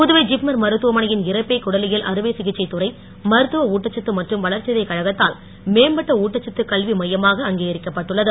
புதுவை ஜிப்மர் மருத்துவமனையின் இரைப்பை குடலியல் அறுவை சிகிச்சைத் துறை மருத்துவ ஊட்டச்சத்து மற்றும் வளர்சிதை கழகத்தால் மேம்பட்ட ஊட்டச்சத்து கல்வி மையமாக அங்கீகரிக்கப் பட்டுள்ளது